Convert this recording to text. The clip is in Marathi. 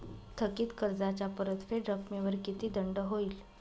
थकीत कर्जाच्या परतफेड रकमेवर किती दंड होईल?